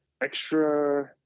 extra